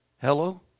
hello